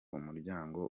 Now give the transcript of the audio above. umuryango